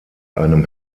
einem